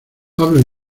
hablo